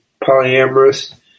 polyamorous